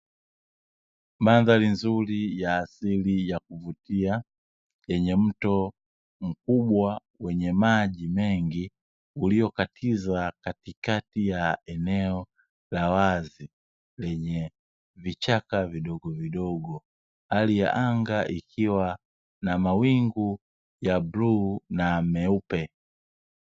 Mandhari nzuri ya asili ya kuvutia yenye mto mkubwa wenye maji mengi, uliokatiza katikati ya eneo la wazi lenye vichaka vidogovidogo. Hali ya anga ikiwa na mawingu ya bluu na meupe.